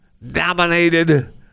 nominated